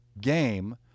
game